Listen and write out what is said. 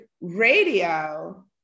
radio